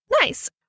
Nice